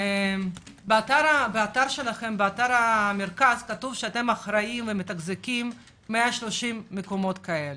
באתר המרכז כתוב שאתם אחראים ומתחזקים 130 מקומות כאלה.